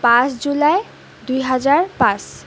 পাঁচ জুলাই দুহেজাৰ পাঁচ